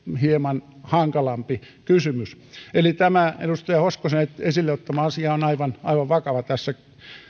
hieman hankalampi kysymys eli edustaja hoskosen esille ottama asia on aivan aivan vakava tässä